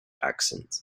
accent